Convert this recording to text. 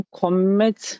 commit